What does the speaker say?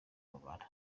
ubumara